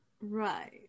Right